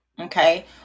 okay